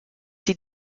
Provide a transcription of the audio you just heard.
sie